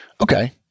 Okay